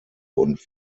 und